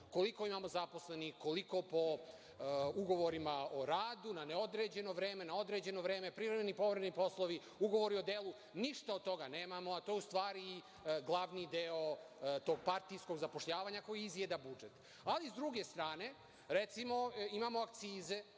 koliko imamo zaposlenih, koliko po ugovorima o radu, na neodređeno vreme, na određeno vreme, privremeni i povremeni poslovi, ugovori o delu. Ništa od toga nemamo, a to je u stvari i glavni deo tog partijskog zapošljavanja koji izjeda budžet. Ali, sa druge strane, recimo, imamo akcize